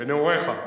בנעוריך.